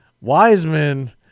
Wiseman